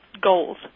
goals